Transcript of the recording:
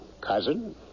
cousin